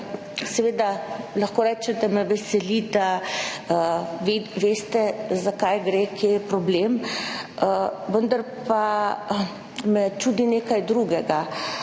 lahko rečem, da me veseli, da vi veste, za kaj gre, kje je problem, vendar pa me čudi nekaj drugega.